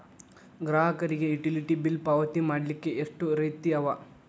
ಗ್ರಾಹಕರಿಗೆ utility bill ಪಾವತಿ ಮಾಡ್ಲಿಕ್ಕೆ ಎಷ್ಟ ರೇತಿ ಅವ?